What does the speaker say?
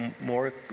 more